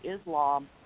Islam